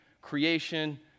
creation